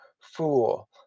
Fool